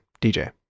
DJ